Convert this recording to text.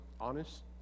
honest